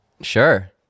Sure